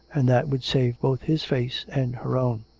and that would save both his face and her own.